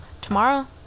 tomorrow